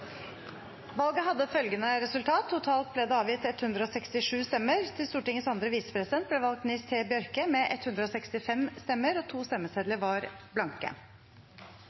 Valget hadde dette resultat: Det ble avgitt totalt 167 stemmer. Til Stortingets andre visepresident ble valgt Nils T. Bjørke med 165 stemmer. 2 stemmesedler var blanke.